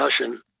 discussion